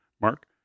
Mark